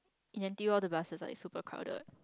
in N_T_U all the buses are like super crowded